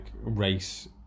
race